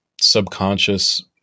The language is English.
subconscious